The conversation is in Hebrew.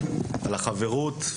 על החברות.